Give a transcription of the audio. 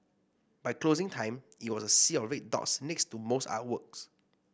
by closing time it was a sea of red dots next to most artworks